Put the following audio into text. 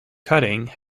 cutting